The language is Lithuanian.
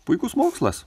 puikus mokslas